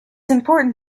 important